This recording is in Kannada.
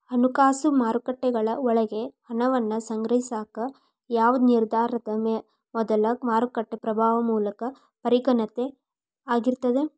ಹಣಕಾಸು ಮಾರುಕಟ್ಟೆಗಳ ಒಳಗ ಹಣವನ್ನ ಸಂಗ್ರಹಿಸಾಕ ಯಾವ್ದ್ ನಿರ್ಧಾರದ ಮೊದಲು ಮಾರುಕಟ್ಟೆ ಪ್ರಭಾವ ಪ್ರಮುಖ ಪರಿಗಣನೆ ಆಗಿರ್ತದ